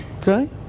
Okay